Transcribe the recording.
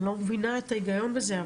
אני לא מבינה את ההיגיון בזה,